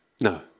No